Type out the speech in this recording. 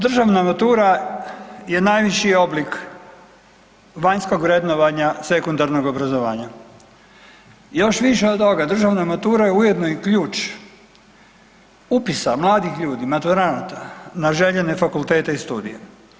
Državna matura je najviši oblik vanjskog vrednovanja sekundarnog obrazovanja još više od toga, državna matura ujedno je i ključ upisa mladih ljudi, maturanata na željene fakultete i studije.